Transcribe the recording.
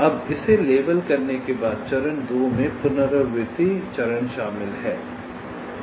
अब इसे लेबल करने के बाद चरण 2 में पुनरावृत्ति चरण शामिल हैं